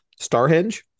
Starhenge